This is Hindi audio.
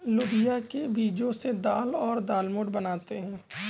लोबिया के बीजो से दाल और दालमोट बनाते है